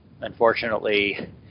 Unfortunately